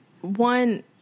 one